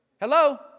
Hello